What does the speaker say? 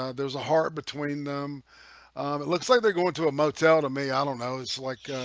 ah there's a heart between them it looks like they go into a motel to me. i don't know it's like